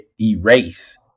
erase